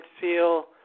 feel